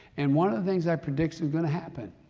and one of the things i predict is going to happen.